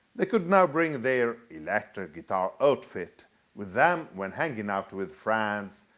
they could now bring their electric guitar outfit with them when hanging out with friends,